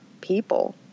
people